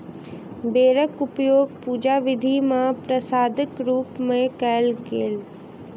बेरक उपयोग पूजा विधि मे प्रसादक रूप मे कयल गेल